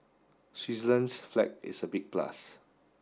Switzerland's flag is a big plus